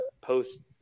post